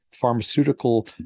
pharmaceutical